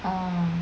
mm